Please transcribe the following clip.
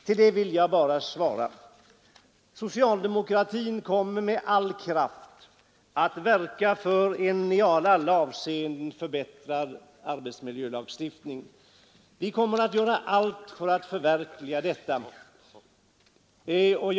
På det vill jag bara svara att socialdemokratin kommer med all kraft att verka för en i alla avseenden förbättrad arbetsmiljölagstiftning. Vi kommer att göra allt för att förverkliga detta krav.